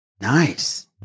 Nice